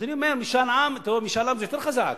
אז אני אומר, משאל עם זה יותר חזק.